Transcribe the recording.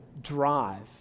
drive